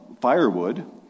firewood